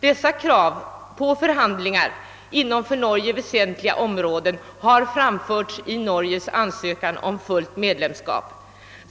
Dessa krav på förhandlingar inom för Norge väsentliga områden har framförts i samband med Norges ansökan om fullt medlem skap.